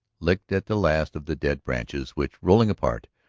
licked at the last of the dead branches which, rolling apart,